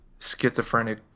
schizophrenic